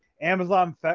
Amazon